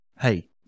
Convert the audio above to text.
hey